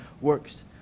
works